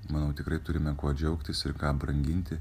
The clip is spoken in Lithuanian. manau tikrai turime kuo džiaugtis ir ką branginti